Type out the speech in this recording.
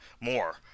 more